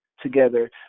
together